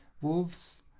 wolves